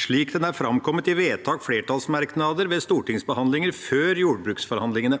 slik den er framkommet i vedtak og flertallsmerknader ved stortingsbehandlinger før jordbruksforhandlingene.